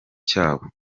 cyabo